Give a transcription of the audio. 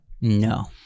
No